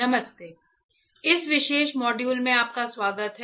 नमस्ते इस विशेष मॉड्यूल में आपका स्वागत है